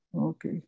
okay